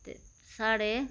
साढ़े